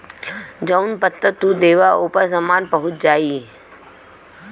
जौन पता तू देबा ओपर सामान पहुंच जाई